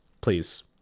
please